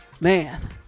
man